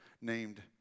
named